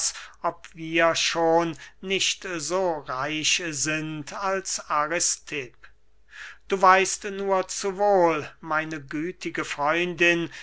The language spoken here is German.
ob wir schon nicht so reich sind als aristipp du weißt nur zu wohl meine gütige freundin